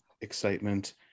excitement